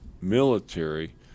military